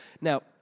Now